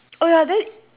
oh ya then